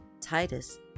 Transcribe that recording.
titus